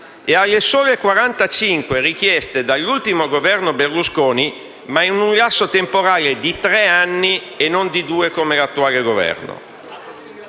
quarantacinque richieste dall'ultimo Governo Berlusconi, ma in un lasso temporale di tre anni e non di due, come ha fatto l'attuale Governo.